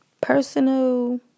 personal